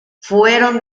fueron